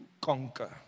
conquer